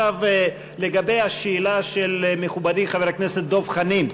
עכשיו לגבי השאלה של מכובדי חבר הכנסת דב חנין.